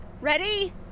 Ready